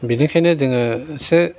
बेनिखायनो जोङो एसे